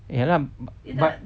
ya lah but